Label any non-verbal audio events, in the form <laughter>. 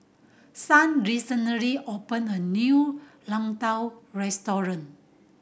Son recently opened a new <unintelligible> restaurant